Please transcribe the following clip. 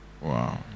Wow